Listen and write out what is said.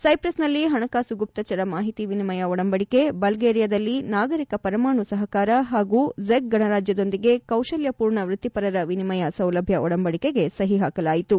ಸೈಪ್ರಸ್ನಲ್ಲಿ ಹಣಕಾಸು ಗುಪ್ತಚರ ಮಾಹಿತಿ ವಿನಿಮಯ ಒಡಂಬಡಿಕೆ ಬಲ್ಗೇರಿಯಾದಲ್ಲಿ ನಾಗರಿಕ ಪರಮಾಣು ಸಹಕಾರ ಹಾಗೂ ಜೆಕ್ ಗಣರಾಜ್ವದೊಂದಿಗೆ ಕೌಶಲ್ವಪೂರ್ಣ ವೃತ್ತಿಪರರ ವಿನಿಮಯ ಸೌಲಭ್ಯ ಒಡಂಬಡಿಕೆಗೆ ಸಹಿ ಹಾಕಲಾಯಿತು